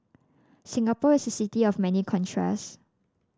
Singapore is a city of many contrasts